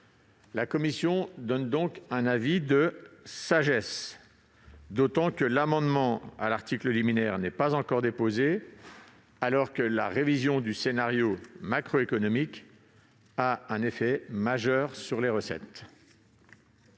La commission s'en remet donc à la sagesse du Sénat, d'autant que l'amendement à l'article liminaire n'est pas encore adopté, alors que la révision du scénario macroéconomique a un effet majeur sur les recettes.